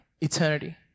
eternity